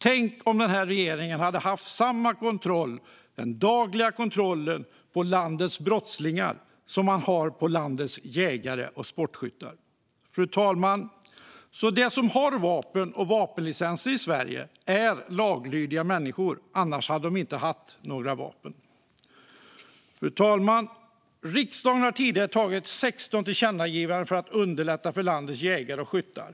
Tänk om den här regeringen hade haft samma dagliga kontroll på landets brottslingar som man har på landets jägare och sportskyttar. De som har vapen och vapenlicenser i Sverige är laglydiga människor - annars hade de inte haft några vapen. Fru talman! Riksdagen har tidigare riktat 16 tillkännagivanden för att underlätta för landets jägare och skyttar.